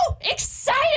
excited